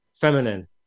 feminine